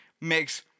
Makes